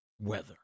weather